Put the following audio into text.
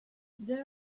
there